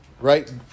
Right